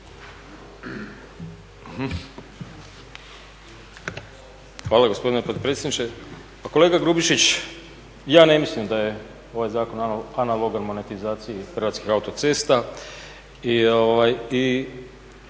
Hvala gospodine potpredsjedniče. Pa kolega Grubišić, je ne mislim da je ovaj zakon analogan monetizaciji Hrvatskih autocesta